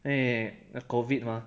因为 COVID mah